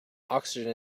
oxygen